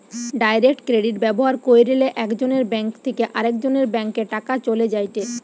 direct credit ব্যবহার কইরলে একজনের ব্যাঙ্ক থেকে আরেকজনের ব্যাংকে টাকা চলে যায়েটে